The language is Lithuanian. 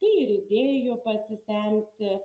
tai ir idėjų pasisemti